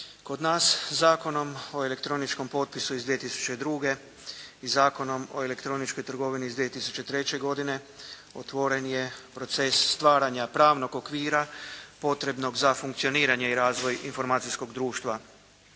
Kod nas Zakonom o elektroničkom potpisu iz 2002. i Zakonom o elektroničkoj trgovini iz 2003. godine otvoren je proces stvaranja pravnog okvira potrebnog za funkcioniranje i razvoj informacijskog društva.